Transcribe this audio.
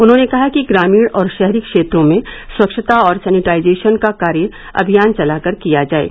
उन्होंने कहा कि ग्रामीण और शहरी क्षेत्रों में स्वच्छता और सैनिटाजेशन का कार्य अमियान चला कर किया जाये